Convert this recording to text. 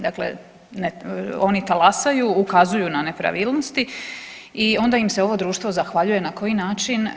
Dakle ne, oni talasaju, ukazuju na nepravilnosti i onda im se ovo društvo zahvaljuje, na koji način?